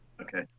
Okay